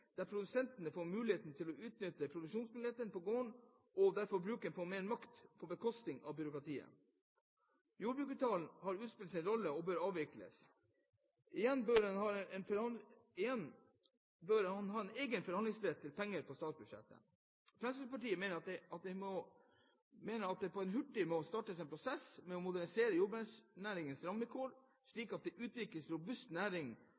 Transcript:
der produsentene får muligheter til å utnytte produksjonsmuligheter på gården og der forbrukeren får mer makt på bekostning av byråkratiet. Jordbruksavtalen har utspilt sin rolle og bør avvikles; ingen bør ha en egen forhandlingsrett til penger på statsbudsjettet. Fremskrittspartiet mener at det hurtig må startes en prosess med å modernisere jordbruksnæringens rammevilkår, slik at det utvikles en robust næring